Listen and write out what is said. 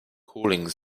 cooling